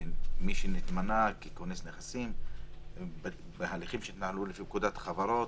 מי שנתמנה ככונס נכסים בהליכים שהתנהלו לפי פקודת החברות,